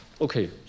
Okay